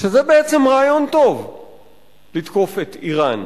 שזה בעצם רעיון טוב לתקוף את אירן.